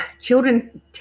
Children